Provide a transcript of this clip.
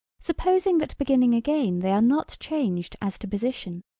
supposing that beginning again they are not changed as to position,